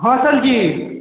हँ सरजी